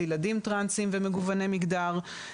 לילדים טרנסים ומגווני מגדר.